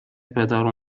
پدرو